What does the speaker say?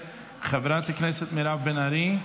חבר הכנסת מירב בן ארי.